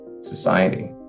society